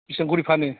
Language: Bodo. बिसिबां खरि फानो